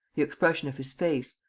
the expression of his face,